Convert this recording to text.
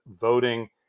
voting